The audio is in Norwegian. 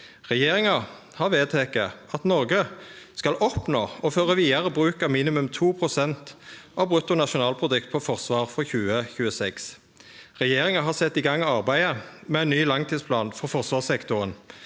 Regjeringa har vedteke at Noreg skal oppnå og føre vidare bruk av minimum 2 pst. av bruttonasjonalprodukt på forsvar frå 2026. Regjeringa har sett i gang arbeidet med ein ny langtidsplan for forsvarssektoren